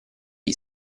gli